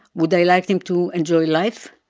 would i like him to enjoy life,